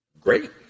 great